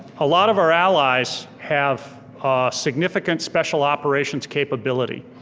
a lot of our allies have significant special operations capability.